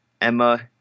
Emma